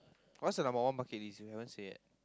what's your number one bucket list you haven't say yet